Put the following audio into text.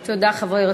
תודה, חבר הכנסת טיבי.